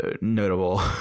notable